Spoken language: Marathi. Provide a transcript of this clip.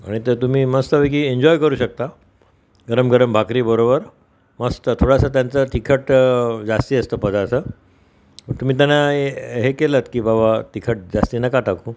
आणि ते तुम्ही मस्तपैकी एन्जॉय करू शकता गरमगरम भाकरी बरोबर मस्त थोडासा त्यांचं तिखट जास्ती असतं पदार्थ तुम्ही त्यांना हे केलंत की बाबा तिखट जास्ती नका टाकू